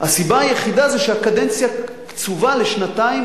הסיבה היחידה זה שהקדנציה קצובה לשנתיים,